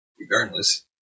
Regardless